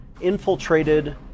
infiltrated